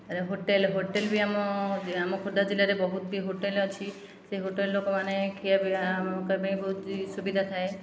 ତା'ପରେ hotel hotel ବି ଆମ ଆମ ଖୋର୍ଦ୍ଧା ଜିଲ୍ଲାରେ ବହୁତ ବି ହୋଟେଲ ଅଛି ସେ ହୋଟେଲରେ ଲୋକମାନେ ଖିଆ ପିଆ କରିବା ପାଇଁ ବହୁତ ସୁବିଧା ଥାଏ